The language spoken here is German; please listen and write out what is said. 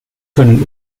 können